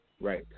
Right